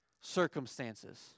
circumstances